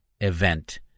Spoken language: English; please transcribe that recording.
event